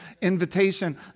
invitation